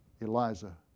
Eliza